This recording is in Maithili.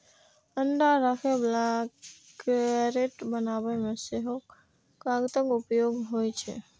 अंडा राखै बला क्रेट बनबै मे सेहो कागतक उपयोग होइ छै